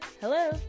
hello